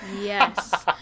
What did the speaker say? Yes